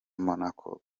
monaco